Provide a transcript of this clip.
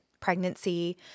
pregnancy